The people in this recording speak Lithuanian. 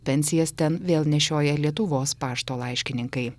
pensijas ten vėl nešioja lietuvos pašto laiškininkai